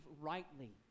rightly